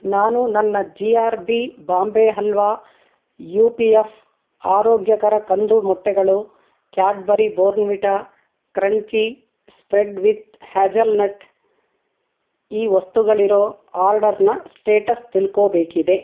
ನಾನು ನನ್ನ G R B Bombay halwa U P F ಆರೋಗ್ಯಕರ ಕಂದು ಮೊಟ್ಟೆಗಳು Cadbury Bournvita crunchy spread with hazel nut ಈ ವಸ್ತುಗಳಿರೋ ಆರ್ಡರ್ನ ಸ್ಟೇಟಸ್ ತಿಳ್ಕೋಬೇಕಿದೆ